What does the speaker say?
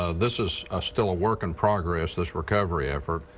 ah this is ah still a work in progress, this recovery effort,